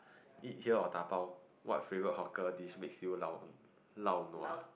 eat here or dabao what favourite hawker dish makes you laonua